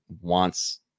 wants